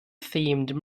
themed